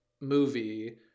movie